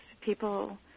People